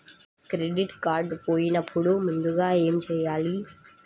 Credit card పోయినపుడు ముందుగా ఏమి చేయాలి?